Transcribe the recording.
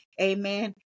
Amen